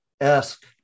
esque